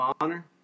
honor